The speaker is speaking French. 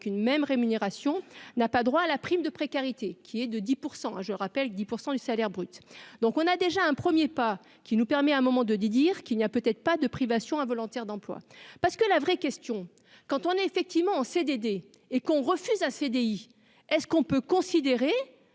une même rémunération n'a pas droit à la prime de précarité qui est de 10 % je rappelle que 10 % du salaire brut, donc on a déjà un 1er pas qui nous permet, à un moment de dire qu'il n'y a peut-être pas de privation involontaire d'emploi. Parce que la vraie question : quand on est effectivement en CDD et qu'on refuse un CDI est-ce qu'on peut considérer